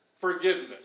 forgiveness